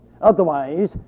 Otherwise